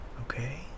okay